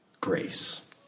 grace